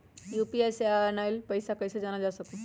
UPI से आईल पैसा कईसे जानल जा सकहु?